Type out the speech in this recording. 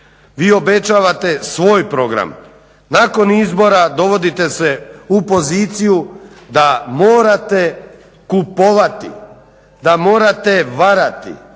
Vi obećavate svoj program, nakon izbora dovodite se u poziciju da morate kupovati, da morate varati,